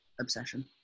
obsession